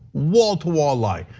wall to wall life.